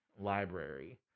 library